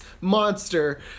monster